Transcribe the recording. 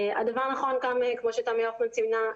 הדבר האחרון, כמו שתמי הופמן ציינה,